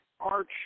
arch